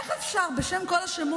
איך אפשר, בשם כל השמות,